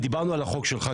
ודיברנו על החוק שלך,